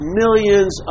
millions